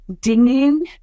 dinging